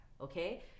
Okay